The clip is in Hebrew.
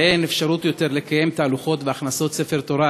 ואין אפשרות יותר לקיים תהלוכות והכנסות ספר תורה,